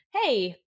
hey